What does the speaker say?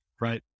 Right